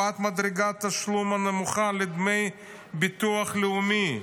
הקפאת מדרגת תשלום נמוכה לדמי ביטוח לאומי,